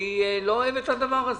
אני לא אוהב את הדבר הזה.